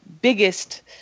biggest